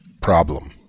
problem